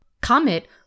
Comet